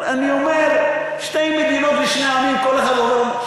עד שאני מסכים